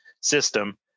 system